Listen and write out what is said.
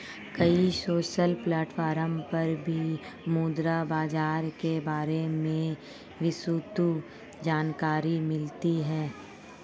कई social platform पर भी मुद्रा बाजार के बारे में विस्तृत जानकरी मिलती है